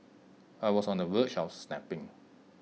I was on the verge of snapping